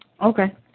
Okay